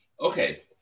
Okay